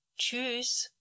Tschüss